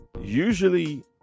Usually